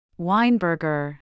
Weinberger